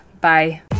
Bye